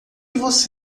você